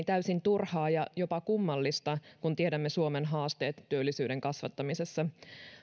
täysin turhaa ja jopa kummallista kun tiedämme suomen haasteet työllisyyden kasvattamisessa